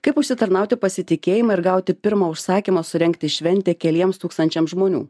kaip užsitarnauti pasitikėjimą ir gauti pirmą užsakymą surengti šventę keliems tūkstančiams žmonių